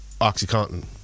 OxyContin